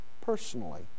personally